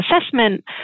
assessment